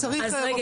צריך רופא.